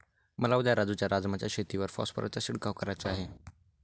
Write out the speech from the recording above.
मला उद्या राजू च्या राजमा च्या शेतीवर फॉस्फरसचा शिडकाव करायचा आहे